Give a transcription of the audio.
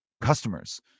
customers